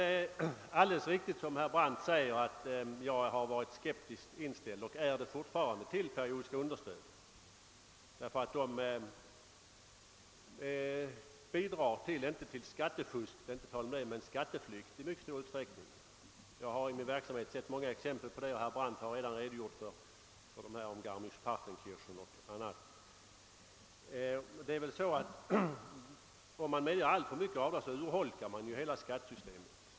Det är alldeles riktigt som herr Brandt säger, att jag har varit skeptiskt inställd till periodiska understöd och fortfarande är det, därför att reglerna bidrar, inte så mycket kanske till skattefusk, men i stor utsträckning till skatteflykt. Jag har i min verksamhet sett många exempel på det, och herr Brandt har redan nämnt detta om Garmisch Partenkirchen. Om man medger alltför många avdrag, urholkas hela skattesystemet.